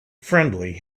friendly